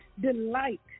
Delight